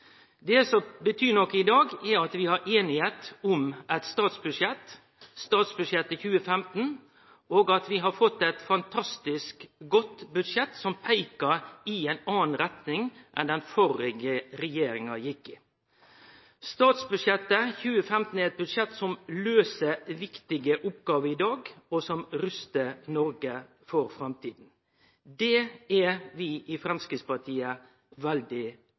Det som betyr noko i dag, er at vi har einigheit om eit statsbudsjett – statsbudsjettet 2015 – og at vi har fått eit fantastisk godt budsjett som peikar i ei anna retning enn den den førre regjeringa gjekk i. Statsbudsjettet 2015 er eit budsjett som løyser viktige oppgåver i dag, og som rustar Noreg for framtida. Det er vi i Framstegspartiet veldig